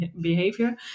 behavior